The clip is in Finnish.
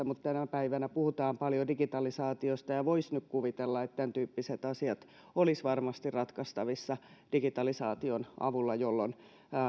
mutta tänä päivänä puhutaan paljon digitalisaatiosta ja voisi kuvitella että tämän tyyppiset asiat olisivat varmasti ratkaistavissa digitalisaation avulla jolloin